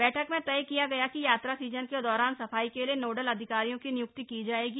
बैठक में तय किया गया कि यात्रा सीजन के दौरान सफाई के लिए नोडल अधिकारियों की नियुक्ति की जाएगी